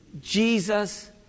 Jesus